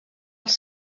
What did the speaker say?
els